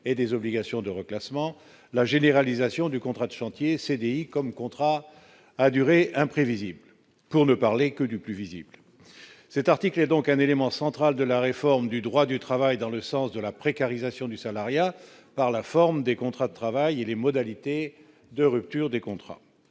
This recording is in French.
et des obligations de reclassement, la généralisation du contrat de chantier CDI comme contrat à durée imprévisible pour ne parler que du plus visible c'est article est donc un élément central de la réforme du droit du travail dans le sens de la précarisation du salariat par la forme des contrats de travail et les modalités de rupture des contrats